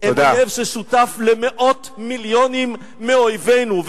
הם אויב ששותף למאות מיליונים מאויבינו.